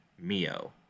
Mio